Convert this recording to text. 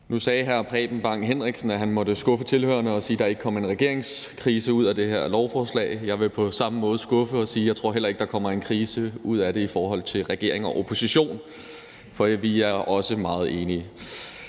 Nu sagde hr. Preben Bang Henriksen, at han måtte skuffe tilhørerne og sige, at der ikke kom nogen regeringskrise ud af det her lovforslag. Jeg vil på samme måde skuffe og sige, at jeg heller ikke tror, at der kommer en krise ud af det i forhold til regering og opposition, for vi er også meget enige.